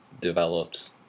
developed